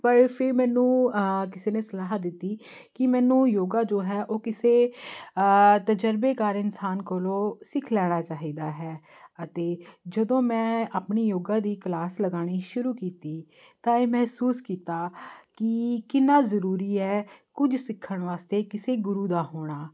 ਪਰ ਫਿਰ ਮੈਨੂੰ ਕਿਸੇ ਨੇ ਸਲਾਹ ਦਿੱਤੀ ਕਿ ਮੈਨੂੰ ਯੋਗਾ ਜੋ ਹੈ ਉਹ ਕਿਸੇ ਤਜ਼ਰਬੇਕਾਰ ਇਨਸਾਨ ਕੋਲੋਂ ਸਿੱਖ ਲੈਣਾ ਚਾਹੀਦਾ ਹੈ ਅਤੇ ਜਦੋਂ ਮੈਂ ਆਪਣੀ ਯੋਗਾ ਦੀ ਕਲਾਸ ਲਗਾਉਣੀ ਸ਼ੁਰੂ ਕੀਤੀ ਤਾਂ ਇਹ ਮਹਿਸੂਸ ਕੀਤਾ ਕਿ ਕਿੰਨਾ ਜ਼ਰੂਰੀ ਹੈ ਕੁਝ ਸਿੱਖਣ ਵਾਸਤੇ ਕਿਸੇ ਗੁਰੂ ਦਾ ਹੋਣਾ